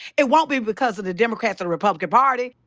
it won't be because of the democrats or republican party.